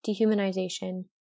dehumanization